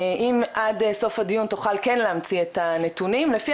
אם עד סוף הדיון, תוכל כן להמציא את הנתונים, לפי